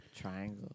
triangle